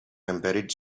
embedded